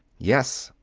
yes,